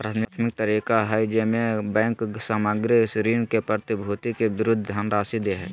प्राथमिक तरीका हइ जेमे बैंक सामग्र ऋण के प्रतिभूति के विरुद्ध धनराशि दे हइ